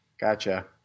Gotcha